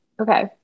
Okay